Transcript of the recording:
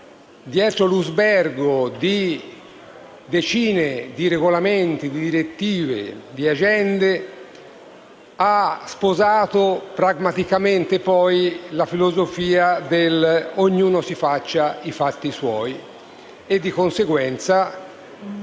dietro l'usbergo di decine di regolamenti, di direttive e di agende ha poi sposato pragmaticamente la filosofia "dell'ognuno si faccia i fatti suoi". Di conseguenza,